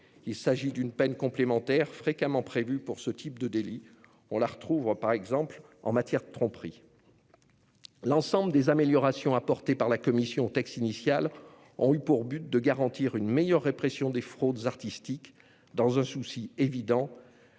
Il s'agit d'une peine complémentaire fréquemment prévue pour ce type de délits : on la retrouve, par exemple, en matière de tromperie. L'ensemble des améliorations apportées par la commission au texte initial avait pour but de garantir une meilleure répression des fraudes artistiques, dans le souci évident